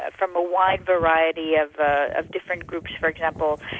and from a wide variety of ah of different groups for example.